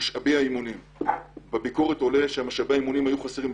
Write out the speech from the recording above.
משאבי האימונים: בביקורת עולה שמשאבי האימונים היו חסרים,